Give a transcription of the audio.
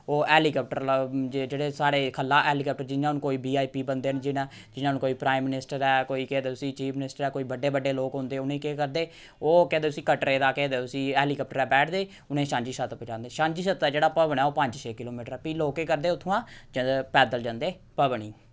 ओह् हैलीकप्टर ल जेह्ड़े साढ़े ख'ल्ला हैलीकप्टर जि'यां हून कोई वी आई पी बंदे न जि'यां जि'यां हून कोई प्राइम मिनिस्टर ऐ कोई केह् आखदे उसी चीफ मिनिस्टर ऐ कोई बड्डे बड्डे लोक होंदे उ'ने केह् करदे ओह् केह् आखदे उसी कटरे दा केह् आखदे उसी हैलीकप्टरे दा बैठदे उ'नें सांझीछत्त पजांदे सांझीछत्तै दा जेह्ड़ा भवन ऐ ओह् पंज छे किलो मीटर ऐ फ्ही लोक केह् करदे उत्थोआं केह् आखदे पैदल जन्दे भवन ई